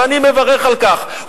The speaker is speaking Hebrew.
ואני מברך על כך.